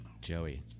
Joey